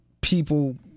people